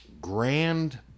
grand